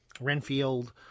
renfield